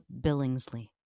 Billingsley